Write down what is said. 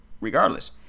regardless